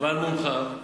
ועל מומחיו.